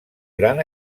gran